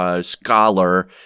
scholar